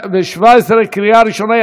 לקריאה ראשונה.